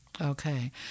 Okay